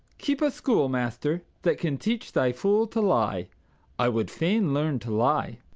keep a schoolmaster that can teach thy fool to lie i would fain learn to lie.